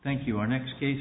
thank you our next case